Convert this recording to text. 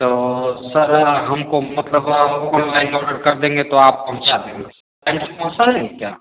तो सर हमको मतलब आपको ऑनलाइन ऑर्डर कर देंगे तो आप पहुँचा देंगे टाइम से पहुँचा देंगे क्या